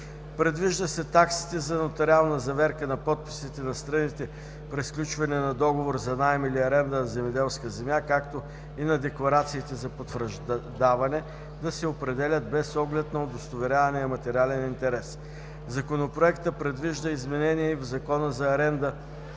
Предвижда се таксите за нотариална заверка на подписите на страните при сключване на договор за наем или аренда на земеделска земя, както и на декларацията за потвърждаване, да се определят без оглед на удостоверявания материален интерес. Законопроектът предвижда изменения и в Закона за арендата